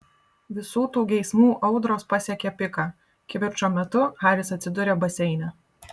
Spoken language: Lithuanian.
visų tų geismų audros pasiekia piką kivirčo metu haris atsiduria baseine